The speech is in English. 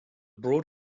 broad